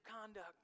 conduct